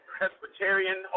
Presbyterian